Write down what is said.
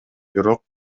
бирок